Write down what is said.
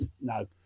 no